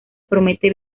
promete